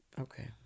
Okay